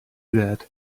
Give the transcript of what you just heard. that